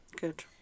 Good